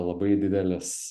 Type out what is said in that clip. labai didelis